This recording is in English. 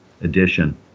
edition